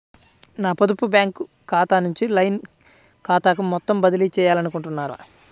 నా పొదుపు బ్యాంకు ఖాతా నుంచి లైన్ ఖాతాకు మొత్తం బదిలీ చేయాలనుకుంటున్నారా?